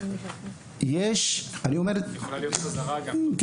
יש --- יכולה להיות חזרה גם.